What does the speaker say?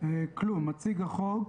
אמרתי לך,